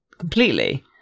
Completely